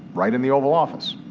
right in the oval office,